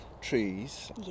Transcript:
trees